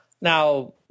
now